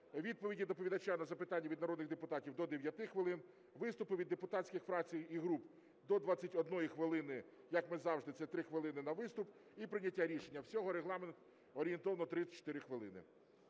відповіді доповідача на запитання від народних депутатів – до 9 хвилин, виступи від депутатських фракцій і груп – до 21 хвилини, як ми завжди, це 3 хвилини на виступ, і прийняття рішення. Всього регламент - орієнтовно 34 хвилини.